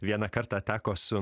vieną kartą teko su